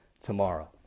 tomorrow